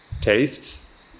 tastes